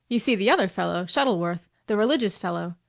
you see, the other fellow, shuttleworth, the religious fellow,